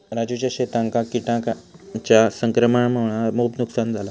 राजूच्या शेतांका किटांच्या संक्रमणामुळा मोप नुकसान झाला